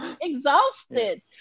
exhausted